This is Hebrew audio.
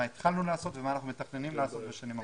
מה התחלנו לעשות ומה אנחנו מתכננים לעשות בשנים הקרובות.